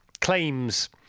Claims